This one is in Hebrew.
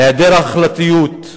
היעדר ההחלטיות,